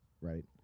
right